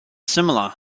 similar